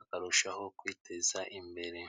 akarushaho kwiteza imbere.